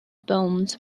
bones